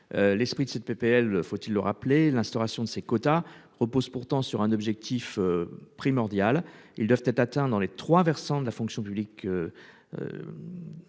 L'esprit de cette PPL, faut-il le rappeler, l'instauration de ces quotas repose pourtant sur un objectif. Primordial. Ils doivent être atteint dans les trois versants de la fonction publique.